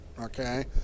okay